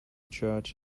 church